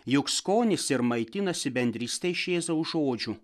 juk skonis ir maitinasi bendryste iš jėzaus žodžių